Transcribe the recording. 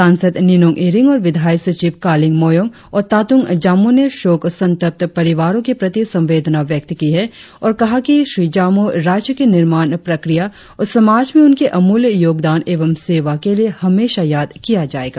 सांसद निनोंग इरिंग और विधायी सचिव कालिंग मोयोंग और तातुंग जामोह ने शोक संतप्त परिवारों के प्रति संवेदना व्यक्त की है और कहा कि श्री जामोह राज्य के निर्माण प्रक्रिया और समाज में उनके अमूल्य योगदान एवं सेवा के लिए हमेशा याद किया जाएगा